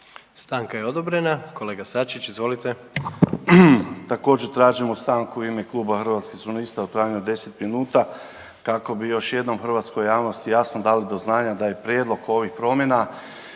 Željko (Hrvatski suverenisti)** Također tražimo stanku u ime Kluba Hrvatskih suverenista u trajanju od 10 minuta kako bi još jednom hrvatskoj javnosti jasno dali do znanja da je prijedlog ovih promjena